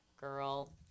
girl